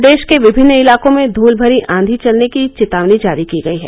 प्रदेश के विभिन्न इलाकों में धूल भरी आंधी चलने की चेतावनी भी जारी की गई है